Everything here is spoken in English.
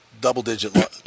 double-digit